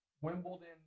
Wimbledon